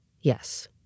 Yes